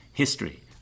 history